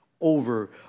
over